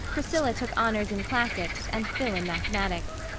priscilla took honors in classics, and phil in mathematics.